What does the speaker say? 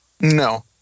No